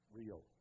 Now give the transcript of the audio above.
real